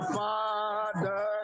father